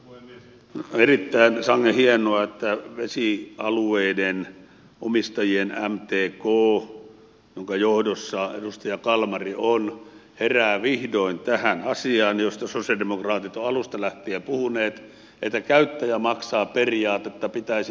on erittäin sangen hienoa että vesialueiden omistajien mtk jonka johdossa edustaja kalmari on herää vihdoin tähän asiaan josta sosialidemokraatit ovat alusta lähtien puhuneet että käyttäjä maksaa periaatetta pitäisi noudattaa